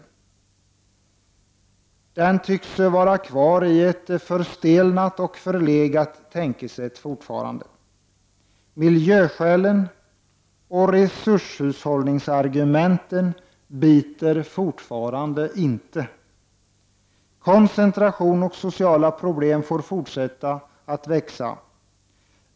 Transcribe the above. Majoriteten tycks vara kvar i ett förstelnat och förlegat tänkesätt fortfarande. Miljöskälen och resurshushållningsargumenten biter fortfarande inte. Koncentration och sociala problem får fortsätta att växa.